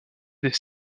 des